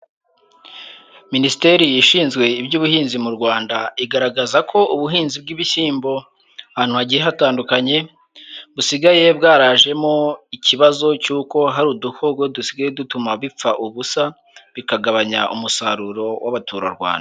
Minisiteri ishinzwe iby'ubuhinzi mu Rwanda igaragaza ko ubuhinzi bw'ibishyimbo ahantu hagiye hatandukanye, busigaye bwarajemo ikibazo cy'uko hari udukoko dusigaye dutuma bipfa ubusa, bikagabanya umusaruro w'Abaturarwanda.